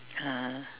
ah